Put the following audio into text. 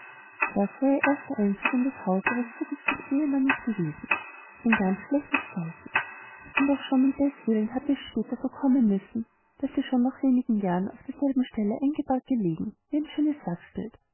das war ihr erster einzug im hause ihres zukünftigen ehemannes gewesen ein ganz schlechtes zeichen und auch schon um deswillen hatte es dann später so kommen müssen daß sie schon nach wenigen jahren auf derselben stelle eingebahrt gelegen wie ein schönes wachsbild